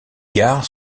gares